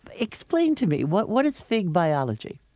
explain to me, what what is fig biology?